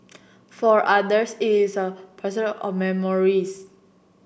for others it is a posit of memories